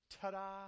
Ta-da